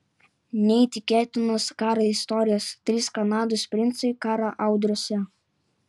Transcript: neįtikėtinos karo istorijos trys kanados princai karo audrose